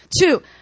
Two